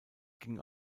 ging